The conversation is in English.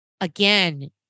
again